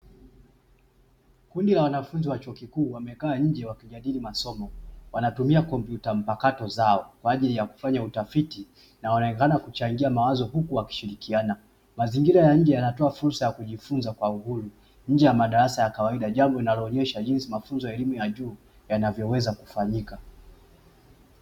Kundi la wanafunzi wa chuo kikuu wamekaa nje wakijadili masomo. Wanatumia kompyuta mpakato zao kwa ajili ya kufanya utafiti na wanaonekana kuchangia mawazo huku wakishirikiana. Mazingira ya nje yanatoa fursa ya kujifunza kwa uhuru nje ya madarasa ya kawaida jambo linaloonyesha jinsi mafunzo ya elimu ya juu yanavyoweza kufanyika.